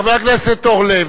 חבר הכנסת אורלב,